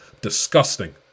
Disgusting